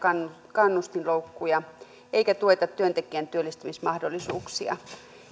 kannustinloukkuja eikä tueta työntekijän työllistymismahdollisuuksia